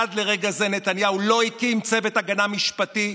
עד לרגע זה נתניהו לא הקים צוות הגנה משפטי,